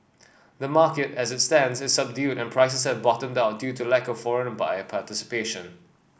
the market as it stands is subdued and prices have bottomed out due to the lack of foreign buyer participation